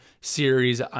series